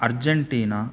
Argentina